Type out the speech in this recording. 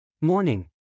Morning